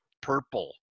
purple